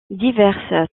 diverses